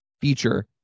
feature